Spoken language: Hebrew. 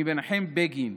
ממנחם בגין.